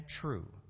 true